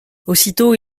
aussitôt